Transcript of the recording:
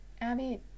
Abby